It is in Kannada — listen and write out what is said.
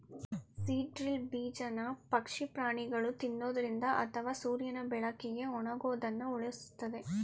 ಸೀಡ್ ಡ್ರಿಲ್ ಬೀಜನ ಪಕ್ಷಿ ಪ್ರಾಣಿಗಳು ತಿನ್ನೊದ್ರಿಂದ ಅಥವಾ ಸೂರ್ಯನ ಬೆಳಕಿಗೆ ಒಣಗೋದನ್ನ ಉಳಿಸ್ತದೆ